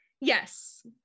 Yes